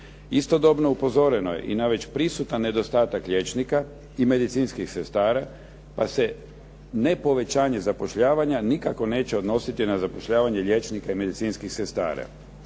Istodobno upozoreno je i na već prisutan nedostatak liječnika i medicinskih sestara pa se nepovećanje zapošljavanja nikako neće odnositi na zapošljavanje liječnika i medicinskih sestara.